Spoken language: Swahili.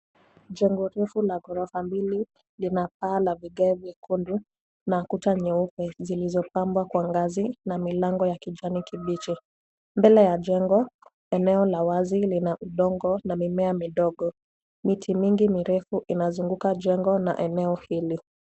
Jengo refu la ghorofa mbili lina paa na vigae vyekundu na kuta nyeupe zilizopambwa kwa ngazi na milango ya kijani kibichi mbele ya jengo eneo la wazi lina udongo na mimea midogo miti mingi mirefu inazunguka jengo na eneo hili.